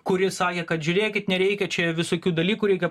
kuris sakė kad žiūrėkit nereikia čia visokių dalykų reikia